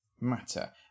matter